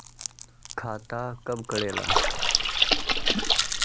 खाता कब करेला?